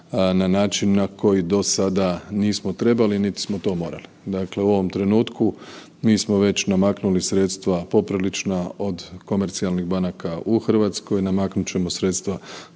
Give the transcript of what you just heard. na način na koji do sada nismo trebali niti smo to morali. Dakle u ovom trenutku mi smo već namaknuli sredstva poprilična od komercijalnih banaka u Hrvatskoj, namaknut ćemo sredstva